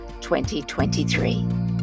2023